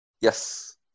Yes